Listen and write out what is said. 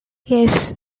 yes